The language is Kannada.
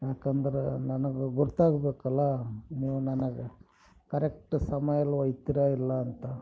ಏಕೆಂದ್ರೆ ನನಗೆ ಗೊತ್ತಾಗ್ಬೇಕಲ್ಲ ನೀವು ನನಗೆ ಕರೆಕ್ಟ್ ಸಮಯ್ದಲ್ ಹೋಗ್ತೀರಾ ಇಲ್ಲ ಅಂತ